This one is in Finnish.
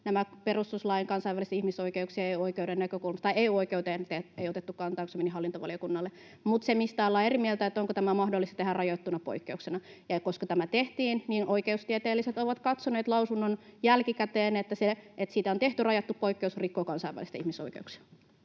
perustuslain, kansainvälisten ihmisoikeuksien ja EU-oikeuden näkökulmasta — tai EU-oikeuteen ei otettu kantaa, kun se meni hallintovaliokunnalle. Mutta se, mistä ollaan eri mieltä, on se, onko tämä mahdollista tehdä rajattuna poikkeuksena. Ja koska tämä tehtiin, niin oikeustieteilijät ovat katsoneet lausunnon jälkeen, että se, että siitä on tehty rajattu poikkeus, rikkoo kansainvälisiä ihmisoikeuksia.